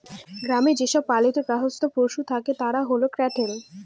গ্রামে যে সব পালিত গার্হস্থ্য পশু থাকে তারা হল ক্যাটেল